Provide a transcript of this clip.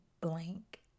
blank